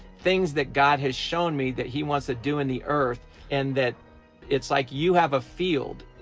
things that god has shown me that he wants to do in the earth and that it's like you have a field,